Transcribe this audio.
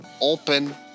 open